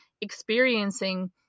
experiencing